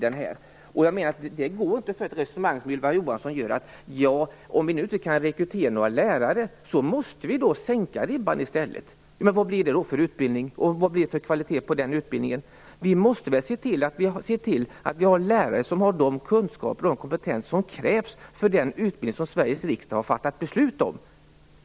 Det går inte att föra resonemanget så som Ylva Johansson gör och säga: Om vi inte kan rekrytera lärare, måste vi i stället sänka ribban. Vad blir det då för utbildning och vilken kvalitet får då den utbildningen? Vi måste se till att vi har lärare som har de kunskaper och den kompetens som krävs för den utbildning som Sveriges riksdag har fattat beslut om.